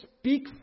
speak